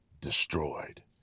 destroyed